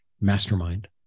mastermind